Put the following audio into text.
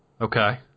Okay